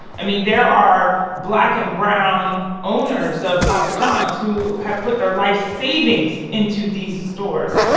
i mean, there are black and brown owners of papa john's who have put their life savings into these stores,